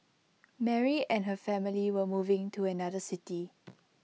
Mary and her family were moving to another city